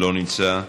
לא נמצא,